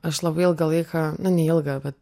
aš labai ilgą laiką nu ne ilgą bet